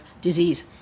disease